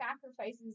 sacrifices